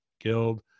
guild